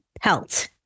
Pelt